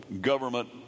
government